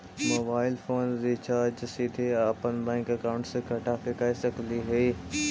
Mobile phone recharge सीधे अपन bank account से कटा के कर सकली ही?